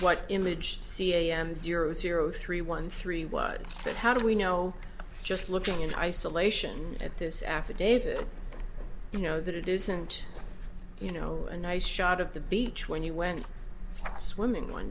what image c m zero zero three one three was but how do we know just looking in isolation at this affidavit you know that it isn't you know a nice shot of the beach when you went swimming one